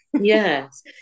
Yes